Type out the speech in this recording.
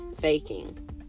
faking